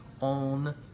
on